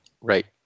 Right